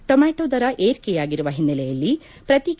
tomato ದರ ಏರಿಕೆಯಾಗಿರುವ ಹಿನ್ನೆಲೆಯಲ್ಲಿ ಪ್ರತಿ ಕೆ